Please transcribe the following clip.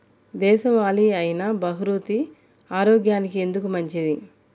దేశవాలి అయినా బహ్రూతి ఆరోగ్యానికి ఎందుకు మంచిది?